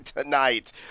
tonight